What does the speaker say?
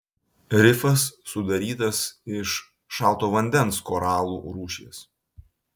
rifas sudarytas iš šalto vandens koralų rūšies